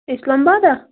اِسلام آبادا